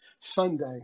sunday